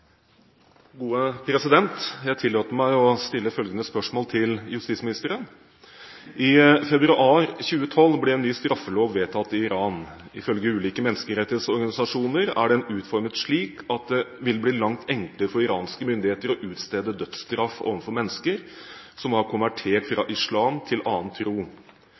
februar 2012 ble en ny straffelov vedtatt i Iran. Ifølge ulike menneskerettighetsorganisasjoner er den utformet slik at det vil bli langt enklere for iranske myndigheter å utstede dødsstraff overfor mennesker som har konvertert fra islam til annen tro.